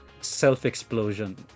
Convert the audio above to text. self-explosion